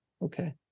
Okay